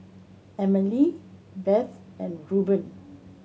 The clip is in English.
Emely Beth and Reubin